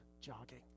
jogging